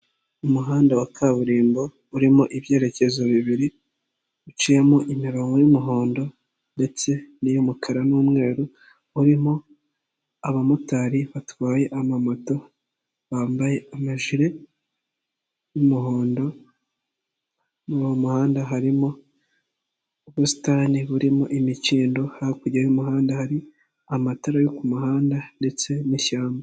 Umuhanda wa kaburimbo urimo ibyerekezo bibiri, uciyemo imirongo y'umuhondo ndetse n'iy'umukara n'umweru, urimo abamotari batwaye amamoto bambaye amajire y'umuhondo, mu muhanda harimo ubusitani burimo imikindo, hakurya y'umuhanda hari amatara yo ku muhanda ndetse n'ishyamba.